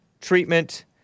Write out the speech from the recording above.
treatment